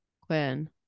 Quinn